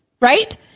right